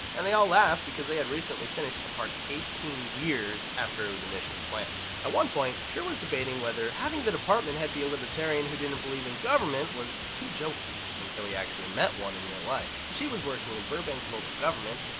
and they all laughed because they had recently finished a park eighteen years after it was initially planned. at one point, schur was debating whether having the department head be a libertarian who didn't believe in government was too jokey, until he actually met one in real life. she was working in burbank's local government,